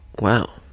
Wow